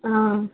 ఆ